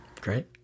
Great